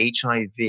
HIV